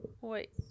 Wait